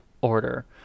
order